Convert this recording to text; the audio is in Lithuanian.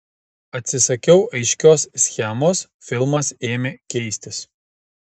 atsisakiau aiškios schemos filmas ėmė keistis